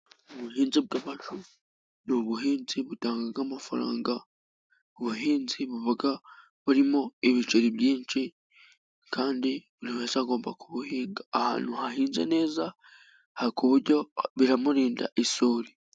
Ubuhinzi bw'amashu ni ubuhinzi butanga amafaranga, ubuhinzi buba burimo ibiceri byinshi kandi buri wese agomba kubuhinga, ahantu hahinze neza ku buryo binamurinda isuri.